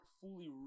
fully